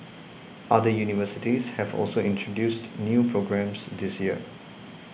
other universities have also introduced new programmes this year